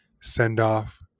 send-off